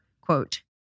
quote